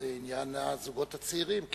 את עניין הזוגות הצעירים,